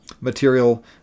material